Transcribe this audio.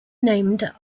named